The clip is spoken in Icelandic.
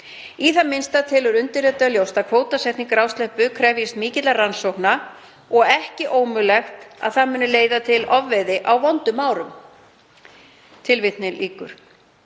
Í það minnsta telur undirritaður ljóst að kvótasetning grásleppu krefjist mikilla rannsókna og ekki ómögulegt að hún muni leiða til ofveiði í vondum árum.“ Þá ber